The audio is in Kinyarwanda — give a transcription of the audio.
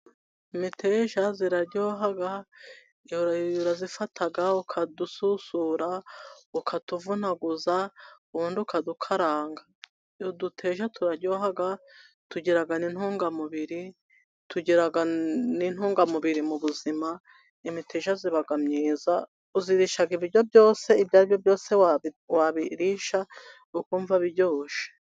Imeteja iraryoha, urayifata ukadususura, ukatuvunaguza, ubundi ukadukaranga Uduteja turaryoha, tugira n'intutungamubiri, tugira n'intungamubiri mu buzima, imiteja iba myiza, uyirisha ibiryo byose, ibyo aribyo byose wabirisha, ukumva biryoshye